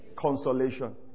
consolation